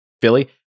Philly